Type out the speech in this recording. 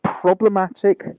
problematic